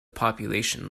population